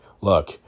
Look